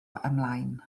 ymlaen